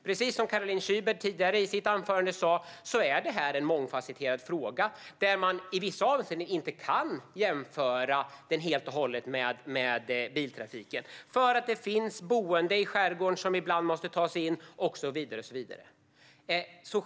Precis som Caroline Szyber sa i sitt anförande tidigare är det här en mångfasetterad fråga, där man i vissa avseenden inte helt och hållet kan jämföra båttrafiken med biltrafiken eftersom det finns boende i skärgården som ibland måste ta sig in och så vidare.